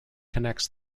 connects